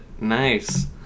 Nice